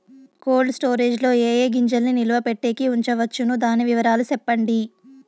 Cold storage లో ఏ ఏ గింజల్ని నిలువ పెట్టేకి ఉంచవచ్చును? దాని వివరాలు సెప్పండి?